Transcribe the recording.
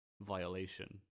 violation